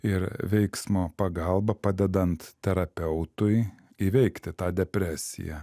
ir veiksmo pagalba padedant terapeutui įveikti tą depresiją